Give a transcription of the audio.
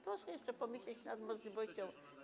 Proszę jeszcze pomyśleć nad możliwością.